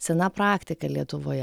sena praktika lietuvoje